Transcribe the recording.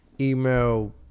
email